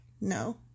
No